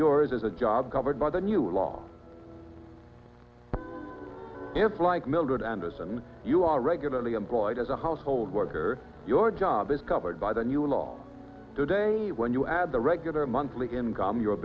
yours is a job covered by the new law if like mildred anderson you are regularly employed as a household worker your job is covered by the new law today when you add the regular monthly income you're